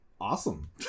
awesome